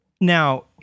Now